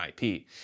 IP